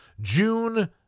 June